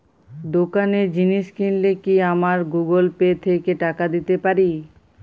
দোকানে জিনিস কিনলে কি আমার গুগল পে থেকে টাকা দিতে পারি?